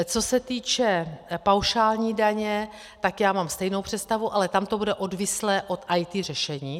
Co se týče paušální daně, tak mám stejnou představu, ale tam to bude odvislé od IT řešení.